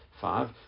five